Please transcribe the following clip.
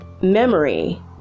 memory